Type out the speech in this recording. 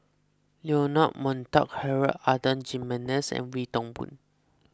Leonard Montague Harrod Adan Jimenez and Wee Toon Boon